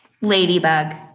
Ladybug